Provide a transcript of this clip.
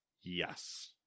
Yes